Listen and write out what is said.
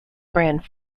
grand